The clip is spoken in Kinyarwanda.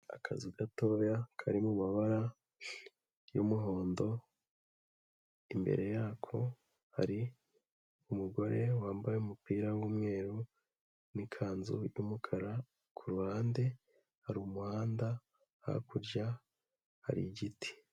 Akazu gatoya kari mumabara y'umuhondo, imbere yako hari umugore wambaye umupira w'umweru n'ikanzu y'umukara, ku ruhande hari umuhanda, hakurya hari igiti.